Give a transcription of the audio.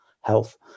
health